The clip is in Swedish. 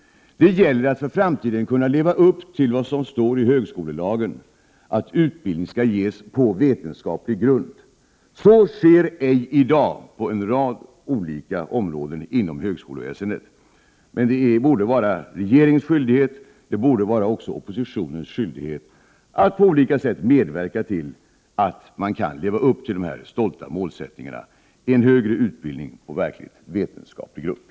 Det gäller att inför framtiden kunna leva upp till vad som står i högskolelagen, att utbildning skall ges på vetenskaplig grund. Så sker ej i dag på en rad olika områden inom högskoleväsendet. Men det borde vara regeringens och även oppositionens skyldighet att på olika sätt medverka till att man kan leva upp till den stolta målsättningen: en högre utbildning på verkligt vetenskaplig grund.